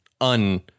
un